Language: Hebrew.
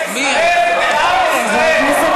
ארץ-ישראל לעם ישראל